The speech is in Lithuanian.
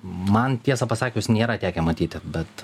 man tiesą pasakius nėra tekę matyti bet